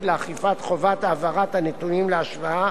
לאכיפת חובת העברת הנתונים להשוואה,